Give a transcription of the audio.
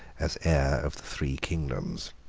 as heir of the three kingdoms.